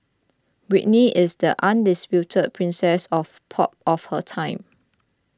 Britney is the undisputed princess of pop of her time